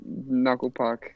Knucklepuck